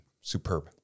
superb